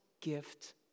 gift